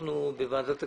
אנחנו בוועדת הכספים,